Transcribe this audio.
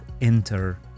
enter